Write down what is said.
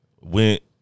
Went